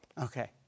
Okay